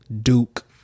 Duke